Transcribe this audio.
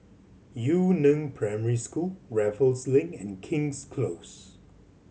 Yu Neng Primary School Raffles Link and King's Close